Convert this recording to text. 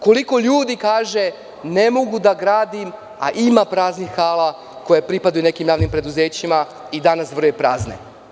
Koliko ljudi kaže – ne mogu da gradim, a ima praznih hala koje pripadaju nekim javnim preduzećima i danas zvrje prazne.